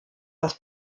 das